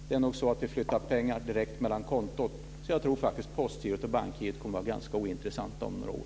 Det är nog så att vi flyttar pengarna direkt mellan konton, så jag tror faktiskt att Postgirot och Bankgirot kommer att vara ganska ointressanta om några år.